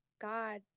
God